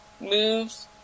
moves